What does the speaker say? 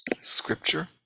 Scripture